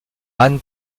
ann